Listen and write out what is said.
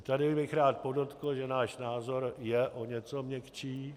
Tady bych rád podotkl, že náš názor je o něco měkčí.